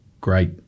great